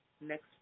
next